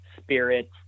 spirits